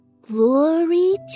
Glory